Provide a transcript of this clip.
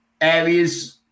areas